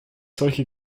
solche